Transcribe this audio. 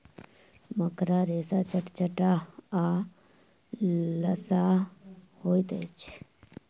मकड़ा रेशा चटचटाह आ लसाह होइत अछि